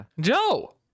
Joe